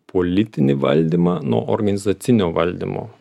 politinį valdymą nuo organizacinio valdymo